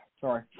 Sorry